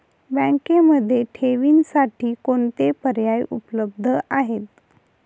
बँकेमध्ये ठेवींसाठी कोणते पर्याय उपलब्ध आहेत?